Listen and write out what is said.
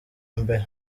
mbere